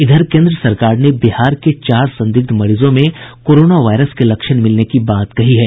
इधर केन्द्र सरकार ने बिहार के चार संदिग्ध मरीजों में कोरोना वायरस के लक्षण मिलने की बात कही है